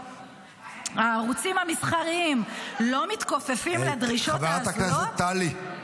הערוצים המסחריים לא מתכופפים לדרישות ההזויות --- חברת הכנסת טלי.